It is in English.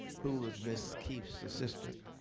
who was ms. o'keeffe's assistant,